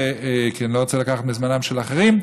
כי אני לא רוצה לקחת מזמנם של אחרים.